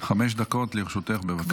דקות לרשותך, בבקשה.